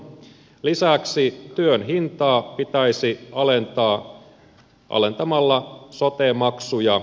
lisäksi työn hintaa pitäisi alentaa alentamalla sote maksuja